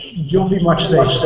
you'll be much